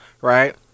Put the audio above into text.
right